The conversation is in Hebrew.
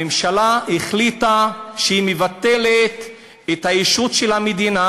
הממשלה החליטה שהיא מבטלת את הישות של המדינה